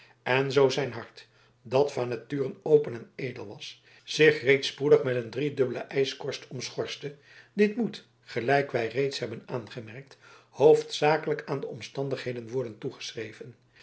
en zoo zijn hart dat van nature open en edel was zich reeds spoedig met een driedubbele ijskorst omschorste dit moet gelijk wij reeds hebben aangemerkt hoofdzakelijk aan de omstandigheden worden